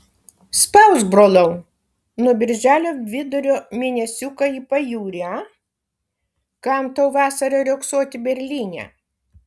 spausk brolau nuo birželio vidurio mėnesiuką į pajūrį a kam tau vasarą riogsoti berlyne